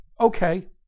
Okay